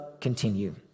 continue